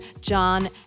John